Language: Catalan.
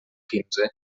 quinze